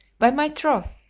by my troth,